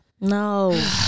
No